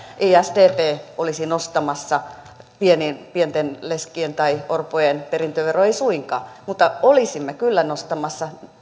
ei sdp olisi nostamassa pienten leskien tai orpojen perintöveroa ei suinkaan mutta olisimme kyllä nostamassa